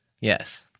Yes